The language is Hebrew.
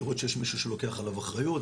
לראות שיש מישהו שלוקח עליו אחריות,